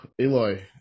Eloy